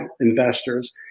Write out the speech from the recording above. investors